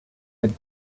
had